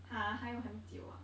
!huh! 还有很久 ah